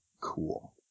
cool